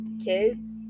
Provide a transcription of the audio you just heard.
kids